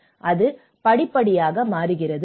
அது படிப்படியாக மாறுகிறது